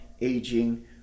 aging